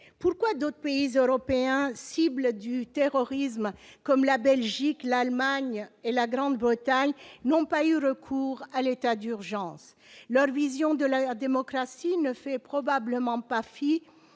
Pourquoi d'autres pays européens cibles du terrorisme, comme la Belgique, l'Allemagne et la Grande-Bretagne, n'ont-ils pas eu recours à l'état d'urgence ? Leur vision de la démocratie ne fait probablement pas fi